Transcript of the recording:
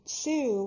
sue